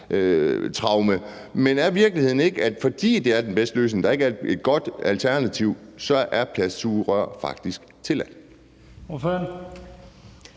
paptraume. Men er virkeligheden ikke, at fordi det er den bedste løsning og der ikke altid er et godt alternativ, så er plastiksugerør faktisk tilladt?